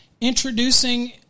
introducing